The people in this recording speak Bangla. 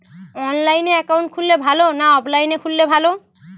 অনলাইনে একাউন্ট খুললে ভালো না অফলাইনে খুললে ভালো?